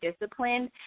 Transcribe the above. disciplined